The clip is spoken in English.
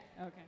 Okay